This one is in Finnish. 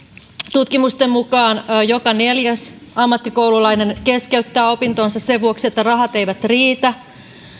tutkimusten mukaan joka neljäs ammattikoululainen keskeyttää opintonsa sen vuoksi että rahat eivät riitä